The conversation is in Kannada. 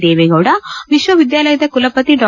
ದೇವೆಗೌಡ ವಿಶ್ವವಿದ್ಯಾಲಯದ ಕುಲಪತಿ ಡಾ